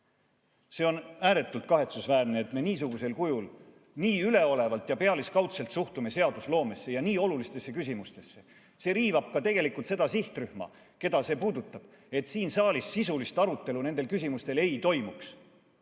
See on ääretult kahetsusväärne, et me niisugusel kujul, nii üleolevalt ja pealiskaudselt suhtume seadusloomesse ja nii olulistesse küsimustesse. See riivab tegelikult ka seda sihtrühma, keda see puudutab, et siin saalis sisulist arutelu nende küsimuste üle ei toimu.